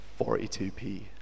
42p